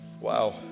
Wow